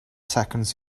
seconds